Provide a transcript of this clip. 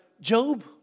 Job